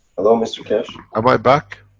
hello mr keshe am i back?